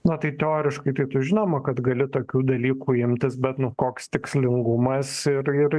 na tai teoriškai tai žinoma kad gali tokių dalykų imtis bet nu koks tikslingumas ir ir